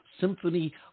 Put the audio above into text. symphony